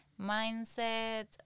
mindset